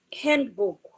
handbook